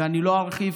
ואני לא ארחיב,